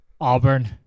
Auburn